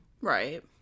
Right